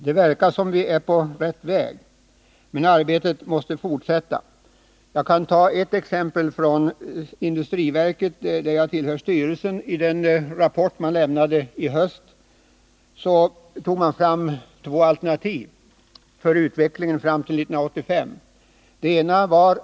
Det verkar som om vi är på rätt väg, men arbetet måste fortsätta. Jag kan ta ett exempel från industriverket, där jag tillhör styrelsen. I den rapport man lämnade i höstas tog man fram två alternativ för utvecklingen fram till 1985.